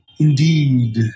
Indeed